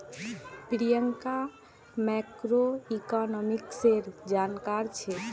प्रियंका मैक्रोइकॉनॉमिक्सेर जानकार छेक्